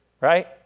right